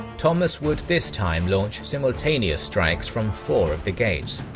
thomas would this time launch simultaneous strikes from four of the gates.